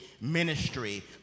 ministry